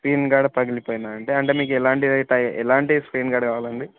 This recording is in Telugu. స్క్రీన్ గార్డు పగిలిపోయిందా అంటే మీకు ఎలాంటి అవుతాయి ఎలాంటి స్క్రీన్ గార్డు కావాలండి